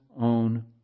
own